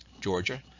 Georgia